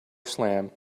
slam